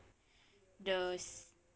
the